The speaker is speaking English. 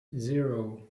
zero